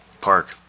park